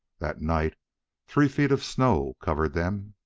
that night three feet of snow covered them,